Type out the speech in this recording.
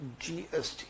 GST